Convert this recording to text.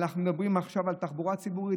אנחנו מדברים עכשיו על תחבורה ציבורית.